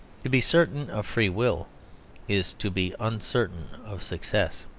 to be certain of free will is to be uncertain of success.